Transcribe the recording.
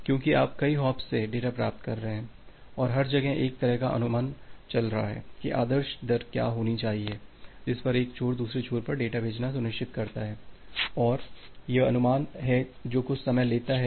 क्योंकि आप कई हॉप्स से डेटा प्राप्त कर रहे हैं और हर जगह एक तरह का अनुमान चल रहा है कि आदर्श दर क्या होनी चाहिए जिस पर एक छोर दूसरे छोर पर डेटा भेजना सुनिश्चित करता है और यह अनुमान है जो कुछ समय लेता है